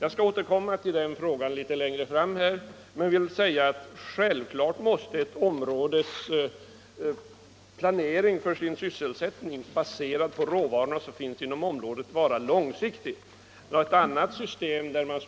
Jag skall återkomma till den frågan litet längre fram men vill först säga att ett områdes planering för sin sysselsättning, baserad på råvarorna som finns inom området, självfallet måste vara långsiktigt. Något annat system, där man